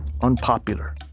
unpopular